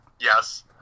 Yes